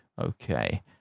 okay